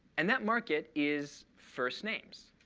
and that market is first names.